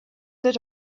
that